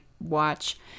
watch